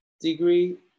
degree